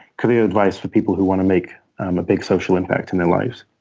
career advice for people who want to make um a big social impact in their lives.